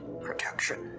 Protection